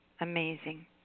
amazing